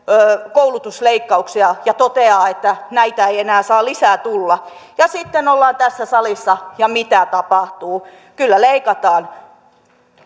koulutusleikkauksia ja toteaa että näitä ei enää saa lisää tulla ja sitten ollaan tässä salissa ja mitä tapahtuu kyllä leikataan